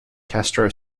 castro